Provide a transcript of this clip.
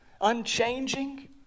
unchanging